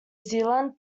zealand